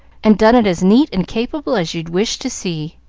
and done it as neat and capable as you'd wish to see.